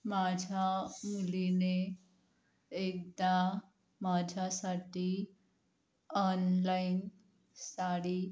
माझ्या मुलीने एकदा माझ्यासाठी ऑनलाइन साडी